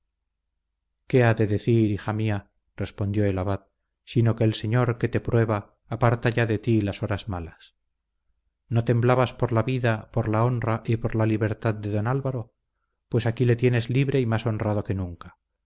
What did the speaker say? ha de decir hija mía respondió el abad sino que el señor que te prueba aparta ya de ti las horas malas no temblabas por la vida por la honra y por la libertad de don álvaro pues aquí le tienes libre y más honrado que nunca